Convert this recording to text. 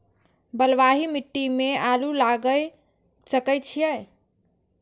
बलवाही मिट्टी में आलू लागय सके छीये?